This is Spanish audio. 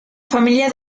familia